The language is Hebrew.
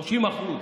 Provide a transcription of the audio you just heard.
30%